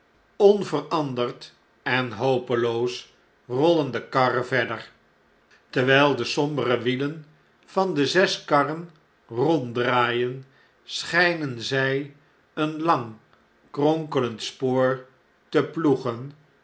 onveranderd en hopeloos rollen de karren verder terwjjl de sombere wielen van de zes karren ronddraaien schjjnen zjj een lang kronkelend spoor te ploegen